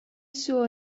suo